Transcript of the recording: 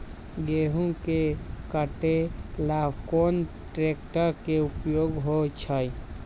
गेंहू के कटे ला कोंन ट्रेक्टर के उपयोग होइ छई?